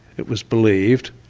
it was believed,